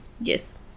Yes